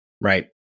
right